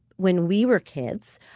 when we were kids,